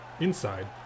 Inside